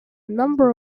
number